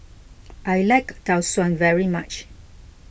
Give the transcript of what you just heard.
I like Tau Suan very much